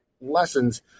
lessons